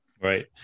right